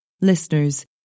Listeners